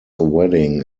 wedding